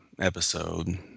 episode